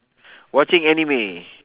watching anime